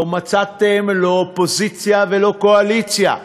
לא מצאתם, לא אופוזיציה ולא קואליציה,